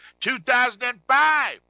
2005